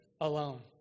alone